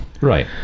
Right